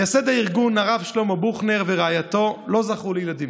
מייסד הארגון הרב שלמה בוכנר ורעייתו לא זכו לילדים,